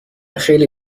خیلی